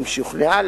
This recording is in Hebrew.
אם שוכנעה,